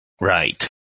right